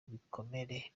ibikomere